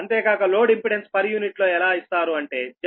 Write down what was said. అంతేకాక load impedance per unit లో ఎలా ఇస్తారు అంటే Zpu ZLZB